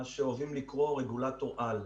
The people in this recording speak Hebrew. מה שאוהבים לקרוא לו "רגולטור על".